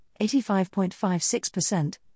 85.56%